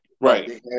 right